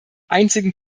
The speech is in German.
einzigen